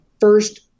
first